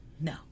No